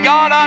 God